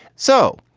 so,